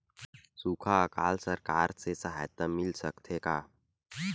सुखा अकाल सरकार से सहायता मिल सकथे का?